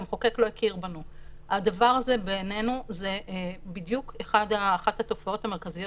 בעינינו הדבר הזה הוא בדיוק אחת התופעות המרכזיות